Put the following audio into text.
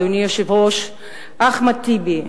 אדוני היושב-ראש אחמד טיבי,